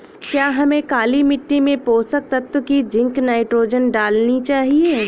क्या हमें काली मिट्टी में पोषक तत्व की जिंक नाइट्रोजन डालनी चाहिए?